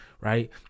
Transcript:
right